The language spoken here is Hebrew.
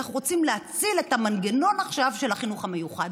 אנחנו רוצים להציל את המנגנון עכשיו של החינוך המיוחד.